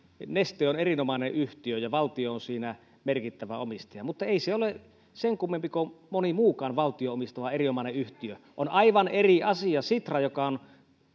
neste on erinomainen yhtiö ja valtio on siinä merkittävä omistaja mutta ei se ole sen kummempi kuin moni muukaan valtion omistama erinomainen yhtiö on aivan eri asia lähteä käytännössä ajamaan alas sitra se lahjayhtiö joka on